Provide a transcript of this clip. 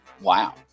wow